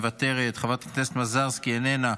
איננה,